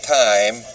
time